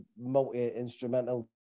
multi-instrumental